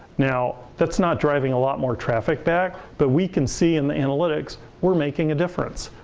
now, that's not driving a lot more traffic back, but we can see in the analytics, we're making a difference.